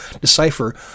decipher